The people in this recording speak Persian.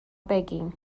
بگی